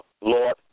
Lord